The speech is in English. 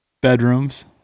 Bedrooms